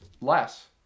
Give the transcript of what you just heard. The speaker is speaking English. less